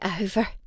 over